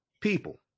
people